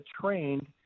trained